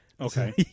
Okay